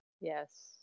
Yes